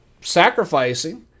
sacrificing